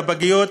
בפגיות,